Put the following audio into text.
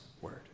word